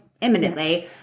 imminently